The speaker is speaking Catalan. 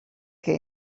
que